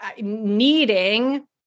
needing